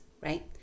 right